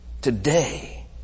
Today